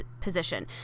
position